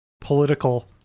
political